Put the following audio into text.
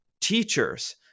teachers